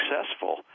successful